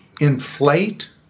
inflate